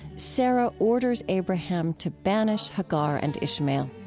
sarah orders abraham to banish hagar and ishmael.